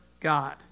God